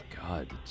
God